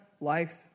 life